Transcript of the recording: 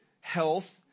health